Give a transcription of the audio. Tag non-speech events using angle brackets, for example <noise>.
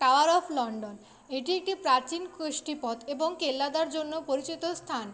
tower of London এটি একটি প্রাচীন কৃষ্টিপথ এবং <unintelligible> জন্য পরিচিত স্থান